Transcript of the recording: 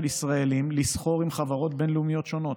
ישראלים לסחור עם חברות בין-לאומיות שונות.